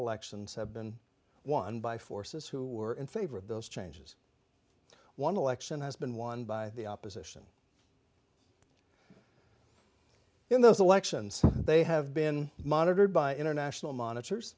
elections have been won by forces who were in favor of those changes one election has been won by the opposition in those elections they have been monitored by international monitors